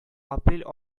апрель